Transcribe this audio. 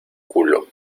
culo